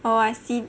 oh I see